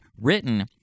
written